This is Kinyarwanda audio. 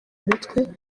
mutwe